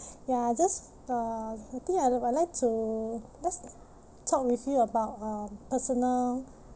ya just uh I think I would like to let's talk with you about uh personal